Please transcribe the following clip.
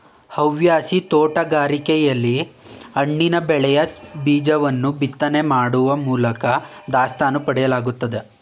ಹವ್ಯಾಸಿ ತೋಟಗಾರಿಕೆಲಿ ಹಣ್ಣಿನ ಬೆಳೆಯ ಬೀಜವನ್ನು ಬಿತ್ತನೆ ಮಾಡೋ ಮೂಲ್ಕ ದಾಸ್ತಾನು ಪಡೆಯಲಾಗ್ತದೆ